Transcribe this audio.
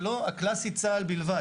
זה לא הקלאסי, צה"ל בלבד.